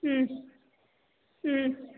ம் ம்